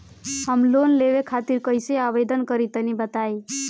हम लोन लेवे खातिर कइसे आवेदन करी तनि बताईं?